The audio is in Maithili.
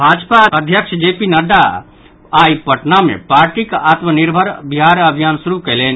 भाजपा अध्यक्ष जेपी नड्डा आई पटना मे पार्टीक आत्मनिर्भर बिहार अभियान शुरू कयलनि